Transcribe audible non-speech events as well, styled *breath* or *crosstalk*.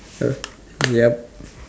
okay yup *breath*